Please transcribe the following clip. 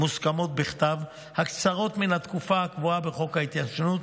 מוסכמות בכתב הקצרות מן התקופה הקבועה בחוק ההתיישנות,